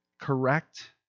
correct